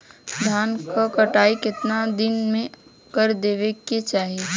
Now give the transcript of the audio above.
धान क कटाई केतना दिन में कर देवें कि चाही?